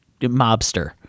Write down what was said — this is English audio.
mobster